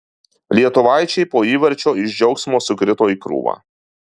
lietuvaičiai po įvarčio iš džiaugsmo sukrito į krūvą